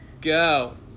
go